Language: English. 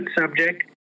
subject